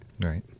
right